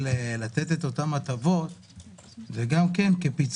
לתת את אותן הטבות היא גם כפיצוי